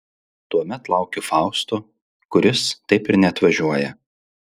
tuomet laukiu fausto kuris taip ir neatvažiuoja